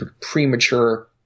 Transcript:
premature